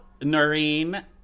Noreen